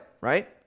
right